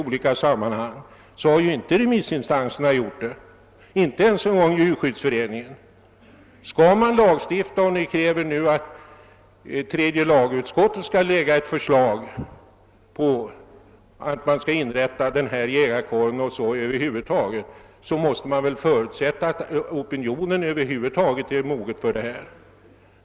Remissinstanserna har inte gjort det, inte ens Djurskyddsföreningarnas riksförbund. Ni kräver nu att tredje lagutskottet skall framlägga ett förslag om inrättande av en jägarkår. Men skall man lagstifta, måste man väl förutsätta att opinionen över huvud taget är mogen för detta.